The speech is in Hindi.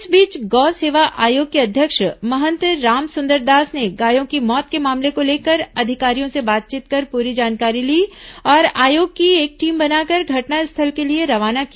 इस बीच गौ सेवा आयोग के अध्यक्ष महंत रामसुंदर दास ने गायों की मौत के मामले को लेकर अधिकारियों से बातचीत कर पूरी जानकारी ली और आयोग की एक टीम बनाकर घटनास्थल के लिए रवाना किया